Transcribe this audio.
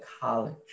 college